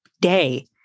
day